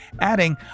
adding